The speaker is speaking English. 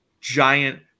giant